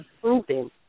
proven